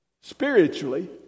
spiritually